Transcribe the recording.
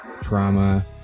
trauma